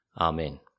Amen